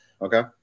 Okay